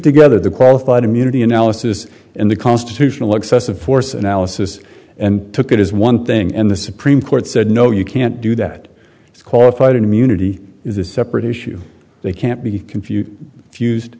together the qualified immunity analysis and the constitutional excessive force analysis and took it is one thing and the supreme court said no you can't do that it's qualified immunity is a separate issue they can't be confused fused